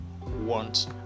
want